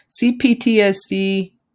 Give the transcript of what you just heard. CPTSD